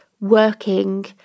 working